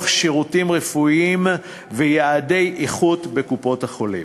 שירותים רפואיים ויעדי איכות בקופות-החולים,